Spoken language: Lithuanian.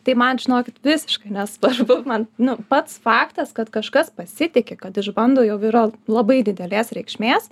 tai man žinokit visiškai nesvarbu man nu pats faktas kad kažkas pasitiki kad išbando jau yra labai didelės reikšmės